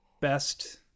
Best